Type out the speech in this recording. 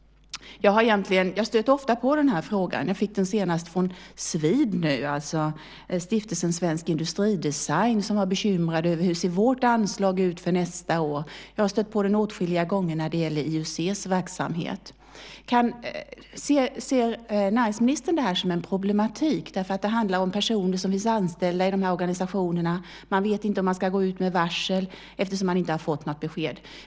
Jag stöter ofta på den här frågan. Jag fick den senast från Svid, Stiftelsen Svensk Industridesign, som var bekymrade över hur deras anslag ser ut för nästa år. Jag har stött på den åtskilliga gånger när det gäller IUC:s verksamhet. Ser näringsministern det här som en problematik? Det handlar om personer som finns anställda i de här organisationerna. Man vet inte om man ska gå ut med varsel eftersom man inte har fått något besked.